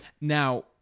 now